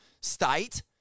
state